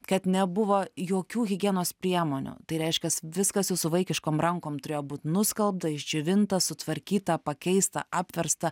kad nebuvo jokių higienos priemonių tai reiškias viskas jūsų vaikiškom rankom turėjo būt nuskalbta išdžiovinta sutvarkyta pakeista apversta